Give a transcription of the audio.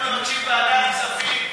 אנחנו רוצים ועדת כספים,